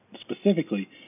specifically